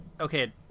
Okay